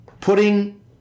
putting